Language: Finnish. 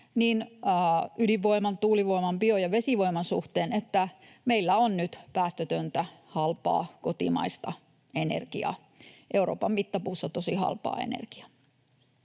niin ydinvoiman, tuulivoiman, bio- kuin vesivoiman suhteen, että meillä on nyt päästötöntä halpaa kotimaista energiaa — Euroopan mittapuussa tosi halpaa energiaa.